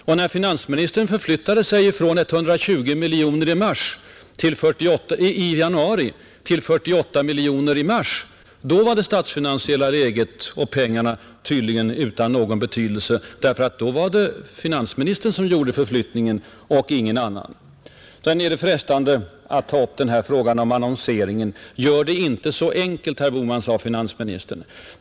Och när finansministern förflyttade sig från 120 miljoner i januari till 48 miljoner i mars, då var det statsfinansiella läget och pengarna tydligen också utan betydelse. Och då var det finansministern själv som gjorde förflyttningen och ingen annan, Det är frestande att åter ta upp frågan om annonseringen, Gör det inte så enkelt, herr Bohman, sade finansministern.